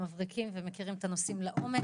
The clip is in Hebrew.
מבריקים ומכירים את הנושאים לעומק.